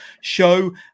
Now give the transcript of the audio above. show